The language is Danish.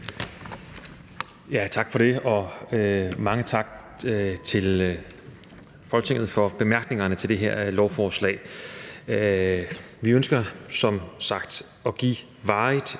Tak for det, og mange tak til Folketinget for bemærkningerne til det her lovforslag. Vi ønsker som sagt at give varigt